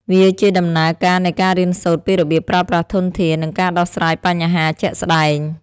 វាជាដំណើរការនៃការរៀនសូត្រពីរបៀបប្រើប្រាស់ធនធាន និងការដោះស្រាយបញ្ហាជាក់ស្តែង។